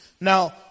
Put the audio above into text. Now